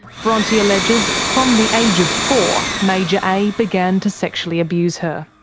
bronte alleges from the age of four, major a began to sexually abuse her.